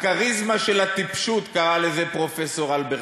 הכריזמה של הטיפשות, קרא לזה פרופסור הלברטל,